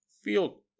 feel